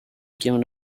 given